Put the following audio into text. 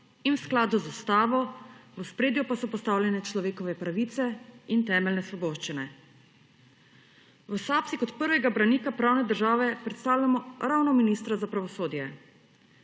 in v skladu z Ustavo, v ospredju pa so postavljene človekove pravice in temeljne svoboščine. V SAB si kot prvega branika pravne države predstavljamo ravno ministra za pravosodje.